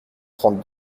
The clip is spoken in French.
trente